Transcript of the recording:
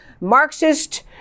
Marxist